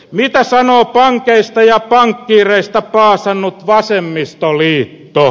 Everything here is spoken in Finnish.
mitä sanoo pankeista ja pankkiireista paasannut vasemmistoliitto